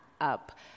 up